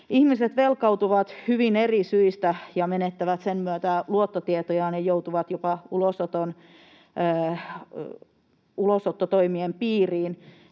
Ihmiset velkaantuvat hyvin eri syistä ja menettävät sen myötä luottotietojaan ja joutuvat jopa ulosottotoimien piiriin.